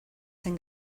zen